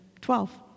Twelve